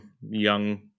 young